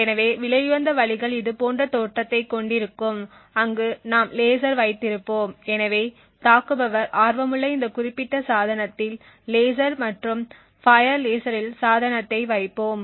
எனவே விலையுயர்ந்த வழிகள் இதுபோன்ற தோற்றத்தைக் கொண்டிருக்கும் அங்கு நாம் லேசர் வைத்திருப்போம் எனவே தாக்குபவர் ஆர்வமுள்ள இந்த குறிப்பிட்ட சாதனத்தில் லேசர் மற்றும் ஃபையர் லேசரில் சாதனத்தை வைப்போம்